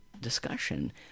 discussion